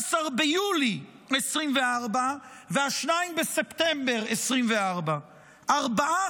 13 ביולי 2420 ו-2 בספטמבר 2420. ארבעה